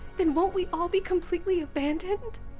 then won't we all be completely abandoned?